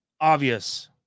obvious